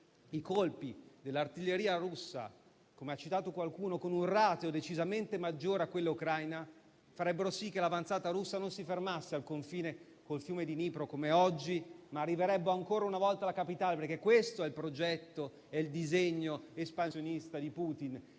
i colpi dell'artiglieria russa - come ha citato qualcuno - con un rateo decisamente maggiore rispetto a quella ucraina, farebbero sì che l'avanzata russa non si fermasse al confine col fiume di Dnipro, come oggi, ma arriverebbe ancora una volta alla Capitale. Questo è il progetto, il disegno espansionista di Putin,